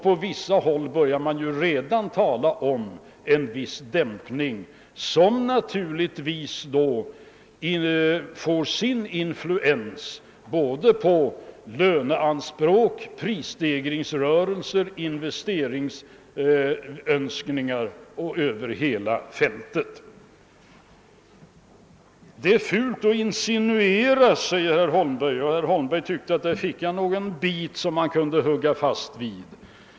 På vissa håll börjar man redan tala om en viss dämpning, som naturligtvis får sin influens över hela fältet på löneanspråk, prisstegringstendenser och investeringsönskemål. Det är fult att insinuera, sade herr Holmberg, och han tyckte att han hade fått en bit som han kunde hugga in på.